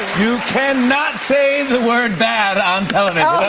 you cannot say the word bad on television.